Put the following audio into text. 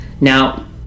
Now